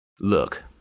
Look